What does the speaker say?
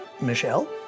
Michelle